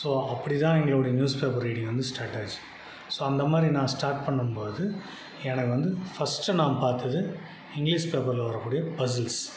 so அப்படிதான் எங்களுடைய newspaper reading வந்து ஸ்டார்ட் ஆச்சு ஸோ அந்தமாதிரி நான் ஸ்டார்ட் பண்ணும்போது எனக்கு வந்து ஃபர்ஸ்ட்டு நான் பார்த்தது இங்கிலீஸ் பேப்பரில் வர்றக்கூடிய பஸில்ஸ்